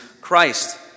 Christ